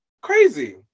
Crazy